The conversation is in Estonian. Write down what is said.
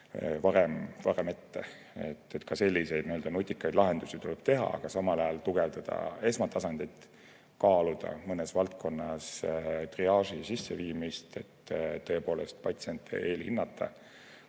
ja ta ette võtta. Ka selliseid nutikaid lahendusi tuleb teha. Aga samal ajal tuleb tugevdada esmatasandit, kaaluda mõnes valdkonnas triaaži sisseviimist, et tõepoolest patsiente eelhinnata,